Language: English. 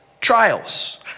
trials